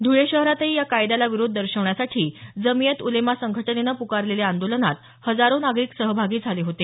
धुळे शहरातही या कायद्याला विरोध दर्शवण्यासाठी जमियत उलेमा संघटनेनं पुकारलेल्या आंदोलनात हजारो नागरिक सहभागी झाले होते